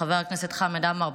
חבר הכנסת חמד עמאר,